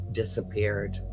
disappeared